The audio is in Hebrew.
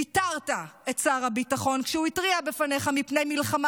פיטרת את שר הביטחון כשהוא התריע בפניך מפני מלחמה